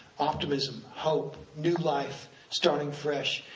optimism, hope, new life, starting fresh.